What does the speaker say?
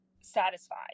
satisfied